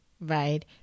right